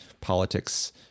politics